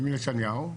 בנימין נתניהו.